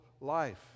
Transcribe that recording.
life